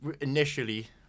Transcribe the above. initially